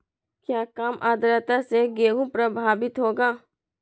क्या काम आद्रता से गेहु प्रभाभीत होगा?